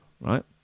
Right